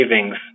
savings